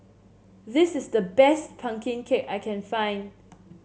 this is the best pumpkin cake I can find